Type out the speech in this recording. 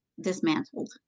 dismantled